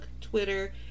Twitter